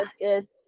Good